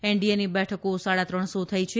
એનડીએની બેઠકો સાડા ત્રણસો થઇ છે